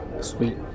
sweet